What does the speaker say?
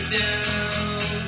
down